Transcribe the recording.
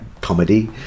comedy